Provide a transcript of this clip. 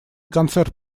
концерт